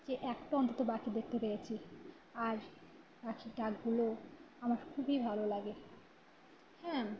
যে একটা অন্তত পাখি দেখতে পেয়েছি আর পাখির ডাকগুলো আমার খুবই ভালো লাগে হ্যাঁ